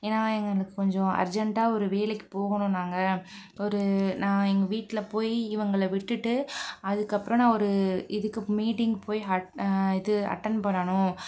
ஏன்னா எங்களுக்கு கொஞ்சம் அர்ஜென்ட்டாக ஒரு வேலைக்கு போகணும் நாங்கள் ஒரு நான் எங்கள் வீட்டில் போய் இவங்களை விட்டுவிட்டு அதுக்கப்புறம் நான் ஒரு இதுக்கு மீட்டிங் போய் இது அட்டென்ட் பண்ணனும்